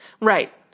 right